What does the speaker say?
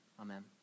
Amen